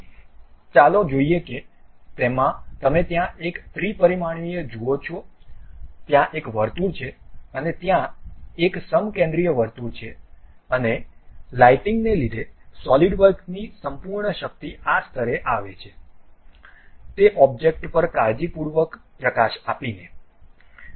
તેથી ચાલો જોઈએ કે તમે ત્યાં એક ત્રિ પરિમાણીય જુઓ છો ત્યાં એક વર્તુળ છે અને ત્યાં એક સમકેન્દ્રીય વર્તુળ છે અને લાઇટિંગને લીધે સોલિડવર્કની સંપૂર્ણ શક્તિ આ સ્તરે આવે છે તે ઓબ્જેક્ટ પર કાળજીપૂર્વક પ્રકાશ આપીને